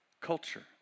culture